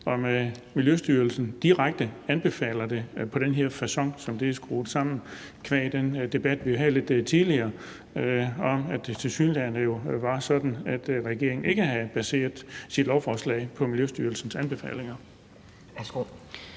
om Miljøstyrelsen direkte anbefaler det på den her facon, og som det er skruet sammen, qua den debat, vi havde lidt tidligere, om, at det tilsyneladende jo var sådan, at regeringen ikke havde baseret sit lovforslag på Miljøstyrelsens anbefalinger.